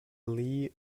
lee